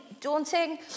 daunting